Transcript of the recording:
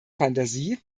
fantasie